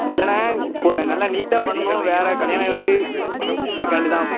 இல்லைண்ண இப்போ நல்லா நீட்டாக பண்ணணும் வேலை கல்யாண வீடு அதுக்காண்டிதான்